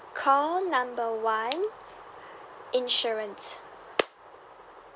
call number one insurance